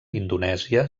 indonèsia